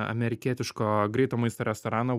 amerikietiško greito maisto restorano